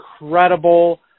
incredible